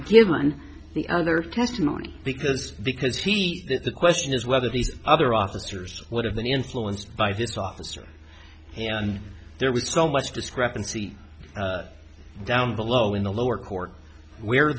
given the other testimony because because he the question is whether these other officers would have been influenced by this officer and there was so much discrepancy down below in the lower court where